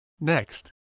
Next